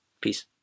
Peace